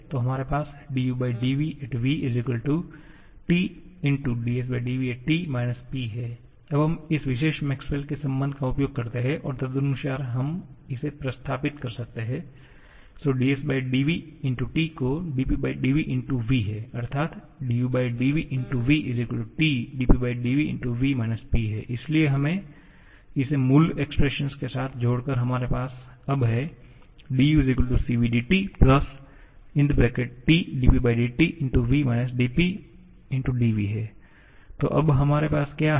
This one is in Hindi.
तो हमारे पास uvv T svT P अब हम इस विशेष मैक्सवेल के संबंध Maxwell's relation का उपयोग करते हैं और तदनुसार हम इसे प्रतिस्थापित कर सकते हैं svT को Pvv अर्थात uvv T Pvv P इसलिए इसे मूल एक्सप्रेशन के साथ जोड़कर हमारे पास अब है du𝐶𝑣 𝑑𝑇 T PTv Pdv तो अब हमारे पास क्या है